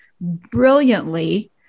brilliantly